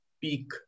peak